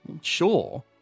sure